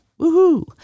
Woohoo